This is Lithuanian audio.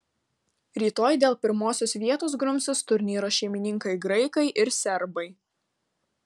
rytoj dėl pirmosios vietos grumsis turnyro šeimininkai graikai ir serbai